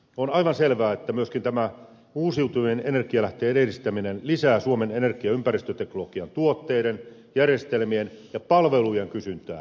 on aivan selvää että myöskin tämä uusiutuvien energialähteiden edistäminen lisää suomen energia ja ympäristöteknologian tuotteiden järjestelmien ja palvelujen kysyntää